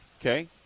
okay